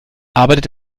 arbeitet